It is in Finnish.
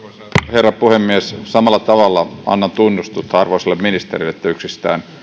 herra puhemies samalla tavalla annan tunnustusta arvoisalle ministerille että hän yksistään